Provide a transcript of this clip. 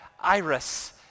iris